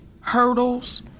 hurdles